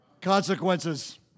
Consequences